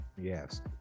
Yes